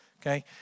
okay